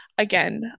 Again